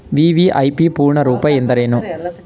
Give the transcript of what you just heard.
VVIP ಪೂರ್ಣ ರೂಪ ಎಂದರೇನು?